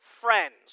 friends